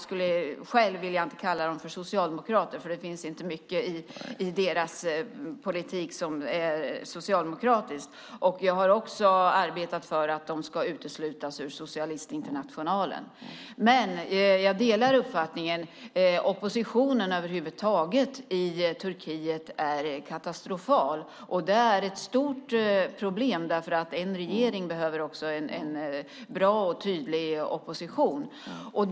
Själv vill jag inte kalla dem för socialdemokrater. Det finns inte mycket i deras politik som är socialdemokratiskt. Jag har också arbetat för att de ska uteslutas ur Socialistinternationalen. Men jag delar uppfattningen. Oppositionen över huvud taget i Turkiet är katastrofal. Det är ett stort problem. En regering behöver en bra och tydlig opposition.